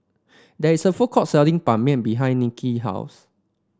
there is a food court selling Ban Mian behind Niki house